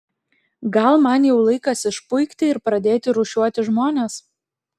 gal man jau laikas išpuikti ir pradėti rūšiuoti žmones